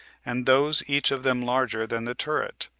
and those each of them larger than the turret,